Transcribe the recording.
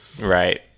Right